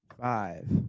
Five